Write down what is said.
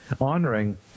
honoring